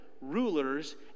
rulers